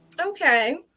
Okay